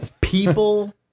People